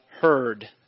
heard